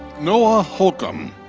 noah holcomb.